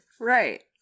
Right